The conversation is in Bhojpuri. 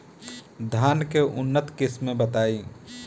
धान के उन्नत किस्म बताई?